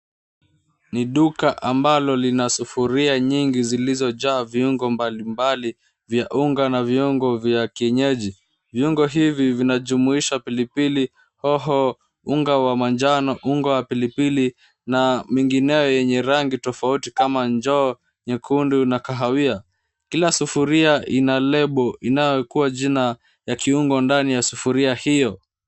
Ni duka ambalo lina sufuria mingi zilizojaa viungo mbalimbali vya unga na viungo vya kienyeji. Viungo hivi vinajumuisha pilipili hoho, unga wa manjano, unga wa pilipili na mengineyo yenye rangi tofauti kama njoo, nyekundu na kahawia. Kila sufuria ina lebo inayowekewa jina ya kiungo ndani ya sufuria hiyo.